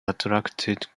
attracted